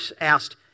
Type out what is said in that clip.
asked